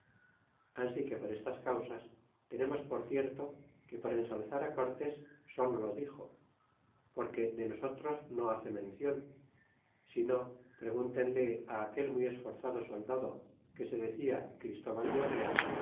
ansi que por estas causas tenemos por cierto que por ensalzar cortés solo lo dixo porque de nosotros no hace mencion sino pregúnteselo á aquel muy esforzado soldado que se decia christóbal de olea